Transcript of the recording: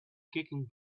kicking